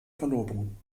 verlobung